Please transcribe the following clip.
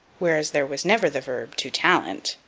whereas there was never the verb to talent.